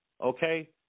okay